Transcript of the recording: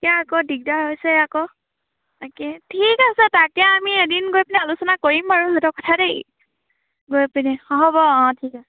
ইয়াৰ আকৌ দিগদাৰ হৈছে আকৌ তাকে ঠিক আছে তাকে আমি এদিন গৈ পেলাই আলোচনা কৰিম বাৰু সিহঁতৰ কথা দেই গৈ পিনে হ'ব অ ঠিক আছে